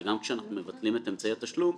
גם כאשר אנחנו מבטלים את אמצעי התשלום,